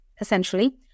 essentially